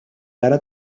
ara